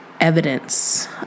evidence